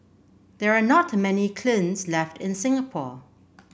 there are not many kilns left in Singapore